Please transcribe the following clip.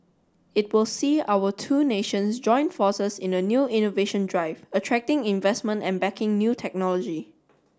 it will see our two nations join forces in a new innovation drive attracting investment and backing new technology